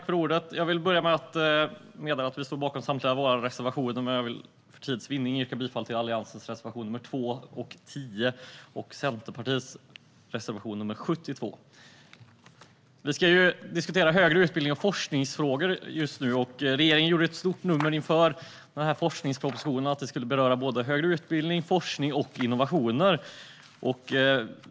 Fru talman! Vi står bakom samtliga våra reservationer, men för tids vinnande yrkar jag bifall endast till Alliansens reservationer nr 2 och 10 samt Centerpartiets reservation nr 72. Vi ska nu diskutera frågor gällande högre utbildning och forskning. Regeringen gjorde inför den här forskningspropositionen ett stort nummer av att den skulle beröra högre utbildning, forskning och innovationer.